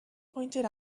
pointed